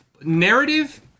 narrative